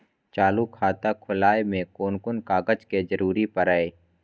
चालु खाता खोलय में कोन कोन कागज के जरूरी परैय?